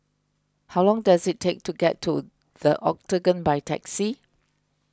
how long does it take to get to the Octagon by taxi